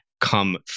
come